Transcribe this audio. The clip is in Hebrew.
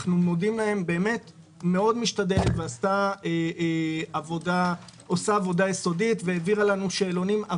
היא באמת מאוד משתדלת ועושה עבודה יסודית והעבירה לנו שאלונים.